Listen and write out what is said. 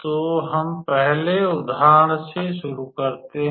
तो हम पहले उदाहरण से शुरू करते हैं